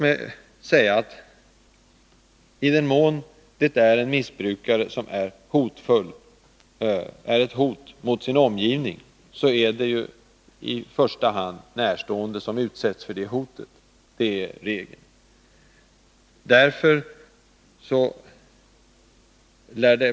I den mån en missbrukare utgör ett hot mot sin omgivning, så är det i första hand närstående som utsätts för hotet.